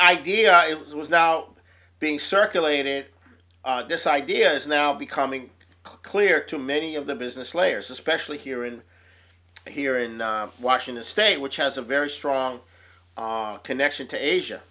idea it was now being circulated this idea is now becoming clear to many of the business layers especially here and here in washington state which has a very strong connection to asia